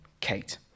Kate